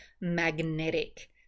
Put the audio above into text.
magnetic